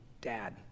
Dad